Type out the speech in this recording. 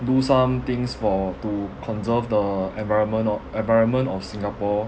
do some things for to conserve the environment o~ environment of singapore